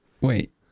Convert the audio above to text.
Wait